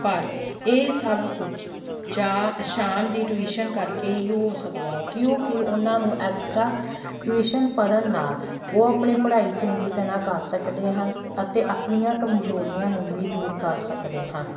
ਪਰ ਇਹ ਸਭ ਕੁਝ ਚਾਪ ਸ਼ਾਮ ਦੀ ਟਵੀਸ਼ਨ ਕਰਕੇ ਹੀ ਹੋ ਸਕਦਾ ਹੈ ਕਿਉਂਕਿ ਉਹਨਾਂ ਨੂੰ ਐਕਸਟਰਾ ਟਿਊਸ਼ਨ ਪੜ੍ਹਨ ਨਾਲ ਉਹ ਆਪਣੀ ਪੜ੍ਹਾਈ ਚੰਗੀ ਤਰ੍ਹਾਂ ਕਰ ਸਕਦੇ ਹਨ ਅਤੇ ਆਪਣੀਆਂ ਕਮਜ਼ੋਰੀਆਂ ਨੂੰ ਵੀ ਦੂਰ ਕਰ ਸਕਦੇ ਹਨ